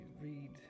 read